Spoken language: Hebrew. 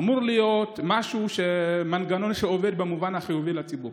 אמור להיות מנגנון שעובד במובן החיובי לציבור.